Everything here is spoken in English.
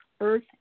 Earth